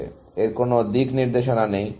এর কোন দিকনির্দেশনা নেই